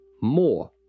more